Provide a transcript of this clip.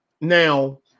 now